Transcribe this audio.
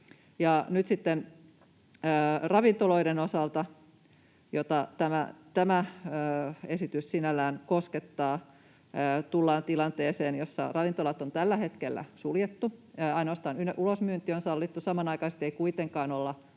Ja nyt ravintoloiden osalta, joita tämä esitys sinällään koskettaa, tullaan tilanteeseen, jossa ravintolat on tällä hetkellä suljettu, ainoastaan ulosmyynti on sallittu, mutta samanaikaisesti ei kuitenkaan olla